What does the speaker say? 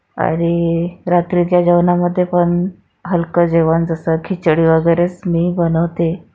आणि रात्रीच्या जेवणामध्ये पण हलकं जेवण जसं खिचडी वगैरेच मी बनवते